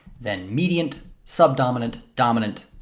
then mediant, subdominant, dominant,